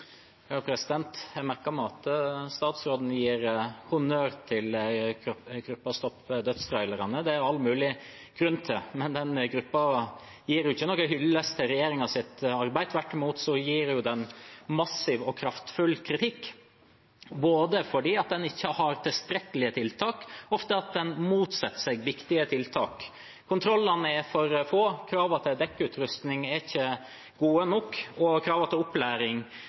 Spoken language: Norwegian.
Jeg merket meg at statsråden gir honnør til Facebook-gruppa som vil få stoppet dødstrailerne. Det er det all mulig grunn til. Men denne gruppen gir ikke noen hyllest til regjeringens arbeid. Tvert imot gir den massiv og kraftfull kritikk fordi en ikke har tilstrekkelige tiltak – ofte motsetter en seg viktige tiltak. Kontrollene er for få, kravene til dekkutrustning er ikke gode nok, og kravene til opplæring,